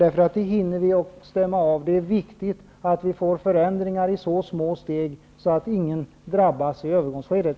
Det hinner vi att stämma av. Det är viktigt att vi får förändringar i så små steg att ingen drabbas i övergångsskedet.